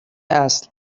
اصل